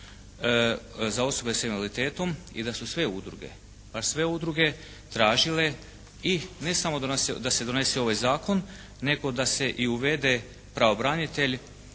za osobe s invaliditetom i da su sve udruge, baš sve udruge tražile i ne samo da se donese ovaj zakon nego da se i uvede pravobranitelj